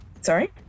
sorry